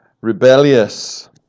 rebellious